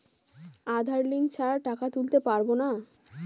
আধার link ছাড়া টাকা তুলতে পারব না?